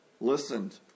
listened